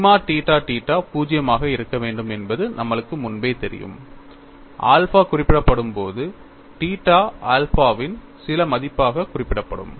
sigma theta theta 0 ஆக இருக்க வேண்டும் என்பது நம்மளுக்கு முன்பே தெரியும் ஆல்பா குறிப்பிடப்படும்போது தீட்டா ஆல்பாவின் சில மதிப்பாக குறிப்பிடப்படும்